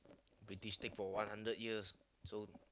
British take for one hundred years so